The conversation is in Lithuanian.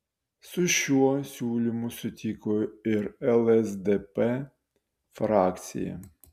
su šiuo siūlymu sutiko ir lsdp frakcija